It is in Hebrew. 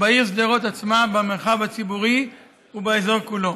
בעיר שדרות עצמה, במרחב הציבורי ובאזור כולו.